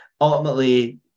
ultimately